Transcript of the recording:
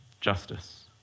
justice